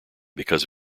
because